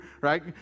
right